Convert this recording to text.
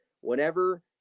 whenever